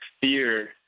fear